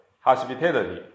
hospitality